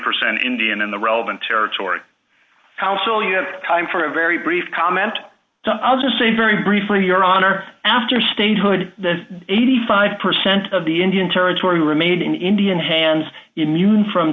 percent indian in the relevant territory council you have time for a very brief comment to i'll just say very briefly your honor after statehood the eighty five percent of the indian territory remain in indian hands immune from